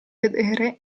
vedere